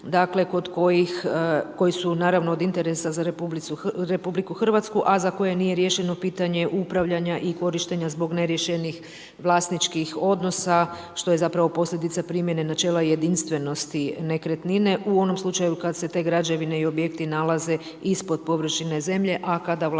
kod kojih su od interesa za RH, a za koje nije riješeno pitanje upravljanje i korištenja zbog neriješenih vlasničkih odnosa, što je zapravo posljedica primjene načela jedinstvenosti nekretnine, u onom slučaju kad se te građevine i objekti nalaze ispod površine zemlje, a kada vlasnik nije